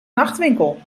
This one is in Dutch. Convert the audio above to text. nachtwinkel